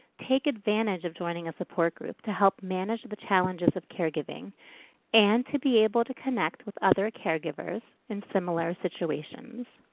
take advantage of joining a support group to help manage the challenges of caregiving and to be able to connect with other caregivers in similar situations.